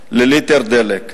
שקלים לליטר דלק.